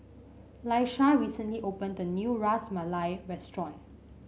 Laisha recently opened a new Ras Malai Restaurant